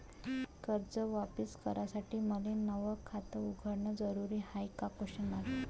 कर्ज वापिस करासाठी मले नव खात उघडन जरुरी हाय का?